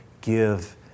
give